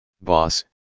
Boss